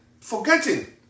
forgetting